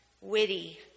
witty